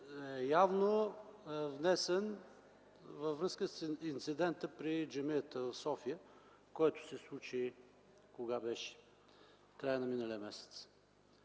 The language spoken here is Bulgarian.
явно е внесен във връзка с инцидента при джамията в София, който се случи в края на миналия месец.